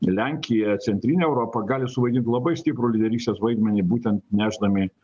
lenkija centrinė europa gali suvaidint labai stiprų lyderystės vaidmenį būtent nešdami